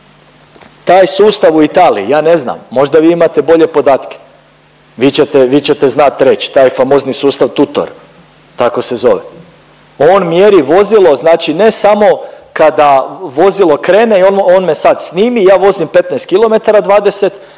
Taj sustav u Italiji, ja ne znam. Možda vi imate bolje podatke, vi ćete, vi ćete znat reći, taj famozni sustav Tutor, tako se zove. On mjeri vozilo znači ne samo kada vozilo krene i on me sad snimi i ja vozim 15 km, 20,